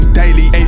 daily